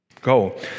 Go